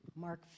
Mark